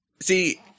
See